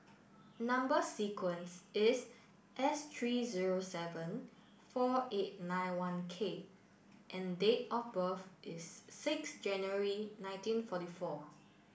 number sequence is S three zero seven four eight nine one K and date of birth is six January nineteen forty four